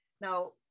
Now